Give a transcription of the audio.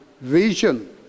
vision